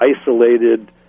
isolated